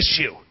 issue